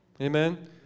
Amen